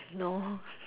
no